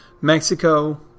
Mexico